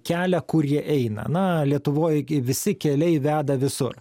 kelią kur jie eina na lietuvoj gi visi keliai veda visur